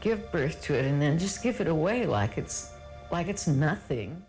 give birth to it and then just give it away like it's like it's nothing